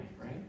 right